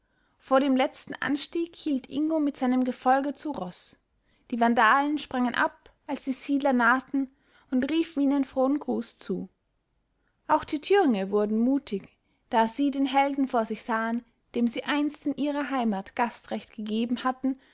vor dem letzten anstieg hielt ingo mit seinem gefolge zu roß die vandalen sprangen ab als die siedler nahten und riefen ihnen frohen gruß zu auch die thüringe wurden mutig da sie den helden vor sich sahen dem sie einst in ihrer heimat gastrecht gegeben hatten